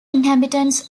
inhabitants